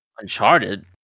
Uncharted